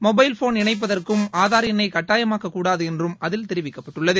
mobile phone இணைப்பதற்கும் ஆதார் என்னை கட்டாயமாக்கக்கூடாது என்றும் அதில் தெரிவிக்கப்பட்டுள்ளது